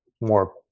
more